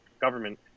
government